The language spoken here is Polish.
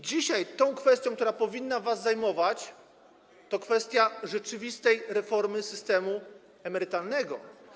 Dzisiaj kwestia, która powinna was zajmować, to kwestia rzeczywistej reformy systemu emerytalnego.